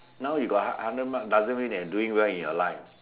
now you got hundred marks doesn't mean that you are doing well in your life